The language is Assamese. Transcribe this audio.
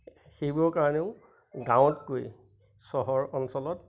সেইবোৰৰ কাৰণেও গাঁৱতকৈ চহৰ অঞ্চলত